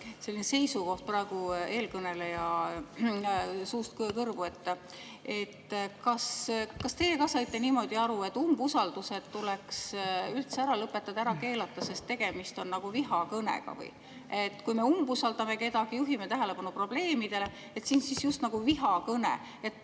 huvitav seisukoht eelkõneleja suust kõrvu. Kas teie saite ka niimoodi aru, et umbusaldused tuleks üldse ära lõpetada ja ära keelata, sest tegemist on nagu vihakõnega? Kui me umbusaldame kedagi, juhime tähelepanu probleemidele, see on siis justnagu vihakõne. Me